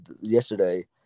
yesterday